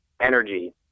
energy